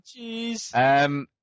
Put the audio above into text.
Jeez